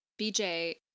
BJ